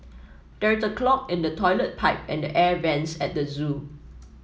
there is a clog in the toilet pipe and the air vents at the zoo